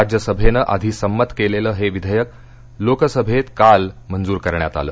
राज्यसभेन आधी संमत केलेलं हे विधेयक लोकसभेत काल मंजूर करण्यात आलं